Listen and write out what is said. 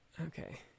Okay